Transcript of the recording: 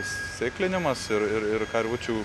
sėklinimas ir ir ir karvučių